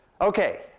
Okay